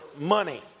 money